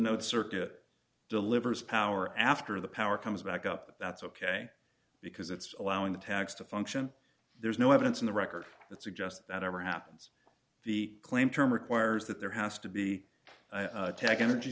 node circuit delivers power after the power comes back up that's ok because it's allowing the tax to function there's no evidence in the record that suggest that ever happens the claim term requires that there has to be a tech energy